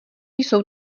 jsou